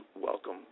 welcome